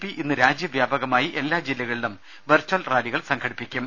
P ഇന്ന് രാജ്യവ്യാപകമായി എല്ലാ ജില്ലകളിലും വെർച്വൽ റാലികൾ സംഘടിപ്പിക്കും